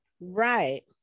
right